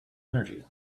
energy